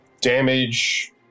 damage